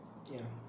ya